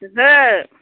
ओहो